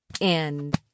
end